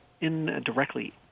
indirectly